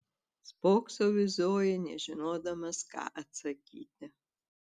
spoksau į zoją nežinodamas ką atsakyti